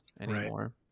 anymore